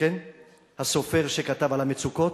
הסופר שכתב על המצוקות.